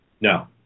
No